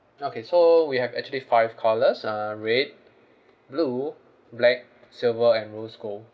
okay so we have actually five colours uh red blue black silver and rose gold